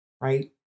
right